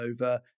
over